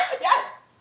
yes